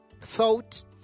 thought